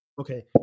Okay